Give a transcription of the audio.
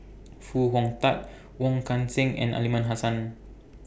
Foo Hong Tatt Wong Kan Seng and Aliman Hassan